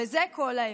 וזה כל ההבדל.